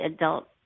adult